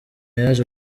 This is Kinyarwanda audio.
yaje